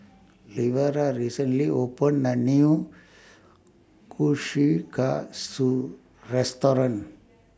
Lavera recently opened A New Kushikatsu Restaurant